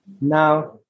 Now